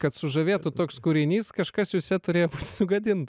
kad sužavėtų toks kūrinys kažkas jūse turėjo sugadint